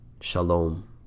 Shalom